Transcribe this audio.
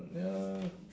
ya